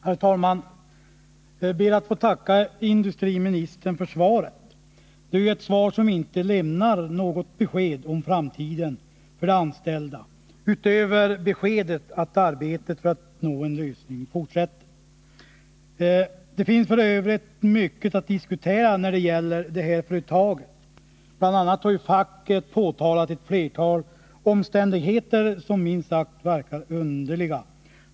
Herr talman! Jag ber att få tacka industriministern för svaret. Det är ett svar som inte lämnar något besked om framtiden för de anställda, utöver beskedet att arbetet för att nå en lösning fortsätter. Det finns f. ö. mycket att diskutera när det gäller detta företag. Bl. a. har facket påtalat ett flertal omständigheter som minst sagt verkar underliga.